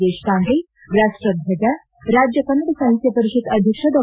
ದೇಶವಾಂಡೆ ರಾಷ್ಟದ್ವಜ ರಾಜ್ಯ ಕನ್ನಡ ಸಾಹಿತ್ಯ ಪರಿಷತ್ ಅಧ್ಯಕ್ಷ ಡಾ